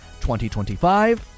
2025